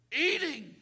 eating